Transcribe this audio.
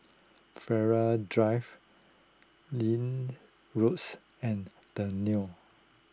Flora Drive Lin Roads and the Leo